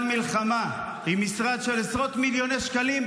מלחמה עם משרד של עשרות מיליוני שקלים,